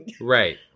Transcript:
Right